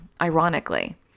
ironically